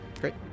Great